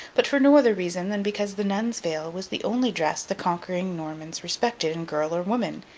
but for no other reason than because the nun's veil was the only dress the conquering normans respected in girl or woman,